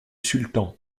sultan